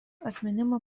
atminimo